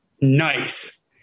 nice